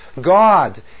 God